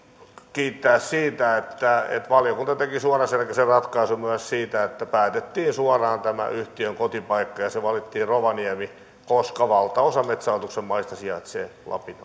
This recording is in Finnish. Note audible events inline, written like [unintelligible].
kiittää siitä että valiokunta teki suoraselkäisen ratkaisun myös siitä että päätettiin suoraan tämä yhtiön kotipaikka valittiin rovaniemi koska valtaosa metsähallituksen maista sijaitsee lapin [unintelligible]